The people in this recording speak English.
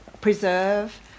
preserve